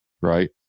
Right